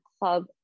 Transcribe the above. Club